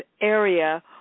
area